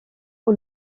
aux